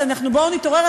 בואו נתעורר,